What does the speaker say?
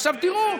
עכשיו, תראו,